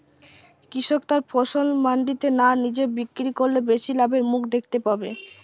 কৃষক তার ফসল মান্ডিতে না নিজে বিক্রি করলে বেশি লাভের মুখ দেখতে পাবে?